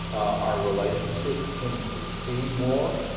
our relationships tend to succeed more.